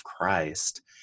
Christ